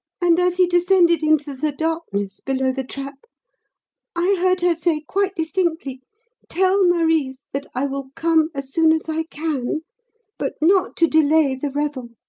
and as he descended into the darkness below the trap i heard her say quite distinctly tell marise that i will come as soon as i can but not to delay the revel.